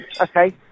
Okay